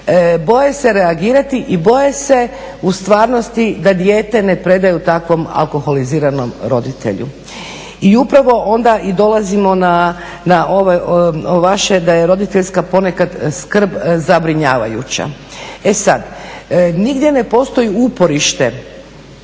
boje se reagirati i boje se u stvarnosti da dijete ne predaju takvom alkoholiziranom roditelju. I upravo onda dolazimo na vaše da je roditeljska ponekad skrb zabrinjavajuća. E sada, nigdje ne postoji uporište